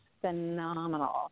phenomenal